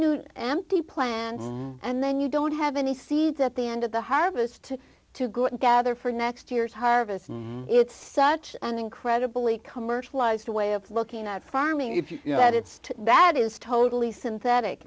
empty plant and then you don't have any seeds at the end of the harvest to go and gather for next year's harvest it's such an incredibly commercialized a way of looking at farming if you know that it's too bad is totally synthetic